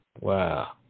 Wow